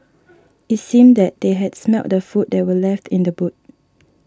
it seemed that they had smelt the food that were left in the boot